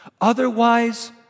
Otherwise